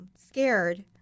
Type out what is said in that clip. scared